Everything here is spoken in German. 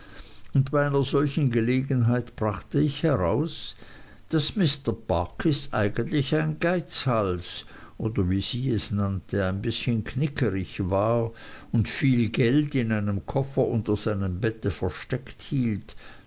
und bei einer solchen gelegenheit brachte ich heraus daß mr barkis eigentlich ein geizhals oder wie sie es nannte ein bißchen knickerig war und viel geld in einem koffer unter seinem bette versteckt hielt